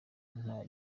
nta